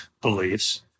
beliefs